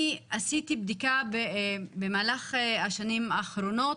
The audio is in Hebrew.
אני עשיתי בדיקה במהלך השנים האחרונות,